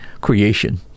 creation